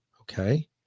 Okay